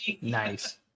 Nice